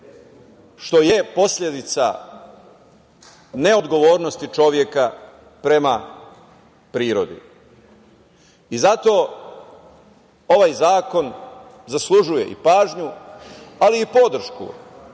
je posledica neodgovornosti čoveka prema prirodi. Zato ovaj zakon zaslužuje i pažnju, ali i podršku